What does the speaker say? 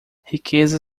riqueza